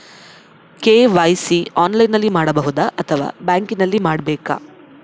KYC ಆನ್ಲೈನಲ್ಲಿ ಮಾಡಬಹುದಾ ಅಥವಾ ಬ್ಯಾಂಕಿನಲ್ಲಿ ಮಾಡ್ಬೇಕಾ?